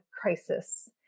crisis